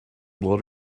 blow